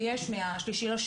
ויש מה-3.2,